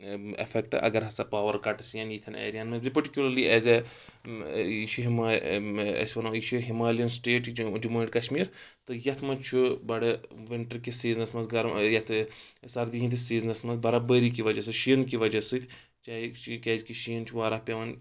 ایفؠکٹہٕ اگر ہسا پاوَر کَٹٕس یِنۍ یِتھَن ایریاہَن منٛز پٔٹِکیوٗلَرلی ایز اے یہِ چھُ أسۍ وَنو یہِ چھُ Himalayan state Jammu and Kashmir تہٕ یَتھ منٛز چھُ بَڑٕ وِنٹَر کِس سیٖزنَس منٛز گَرم یَتھ سردی ہِنٛدِس سیٖزنَس منٛز برف بٲری کہِ وجہ سۭتۍ شیٖن کہِ وجہ سۭتۍ چاہے کیٛازِکہِ شیٖن چھُ واراہ پؠوان